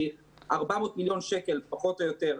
שהיא 400 מיליארד שקל פחות או יותר,